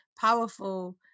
powerful